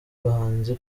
bahanzi